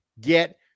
get